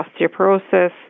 osteoporosis